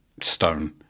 stone